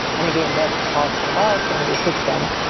and again, that caused some bugs and we fixed them.